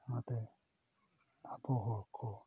ᱚᱱᱟᱛᱮ ᱟᱵᱚ ᱦᱚᱲ ᱠᱚ